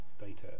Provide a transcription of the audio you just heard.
data